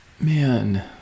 Man